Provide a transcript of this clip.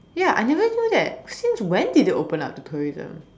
ya I never knew that since when did they open up the tourism